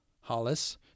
Hollis